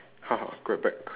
grab bag